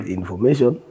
information